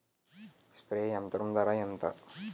Spray యంత్రం ధర ఏంతా?